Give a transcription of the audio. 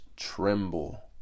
tremble